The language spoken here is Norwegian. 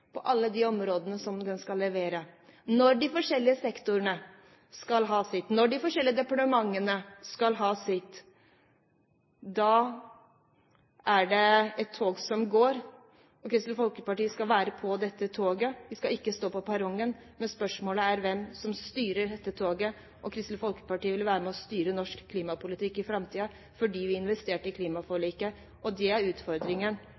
på alle de områdene som den skal levere på, når de forskjellige sektorene skal ha sitt, når de forskjellige departementene skal ha sitt, er det et tog som går. Kristelig Folkeparti skal være med på dette toget. Vi skal ikke stå på perrongen. Men spørsmålet er hvem som styrer dette toget. Kristelig Folkeparti vil være med og styre norsk klimapolitikk i framtiden fordi vi investerte i klimaforliket, og det er utfordringen